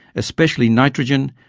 especially nitrogen,